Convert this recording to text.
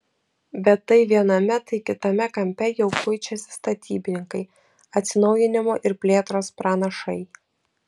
bet tai viename tai kitame kampe jau kuičiasi statybininkai atsinaujinimo ir plėtros pranašai